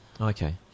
Okay